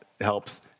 helps –